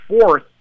fourth